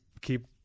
keep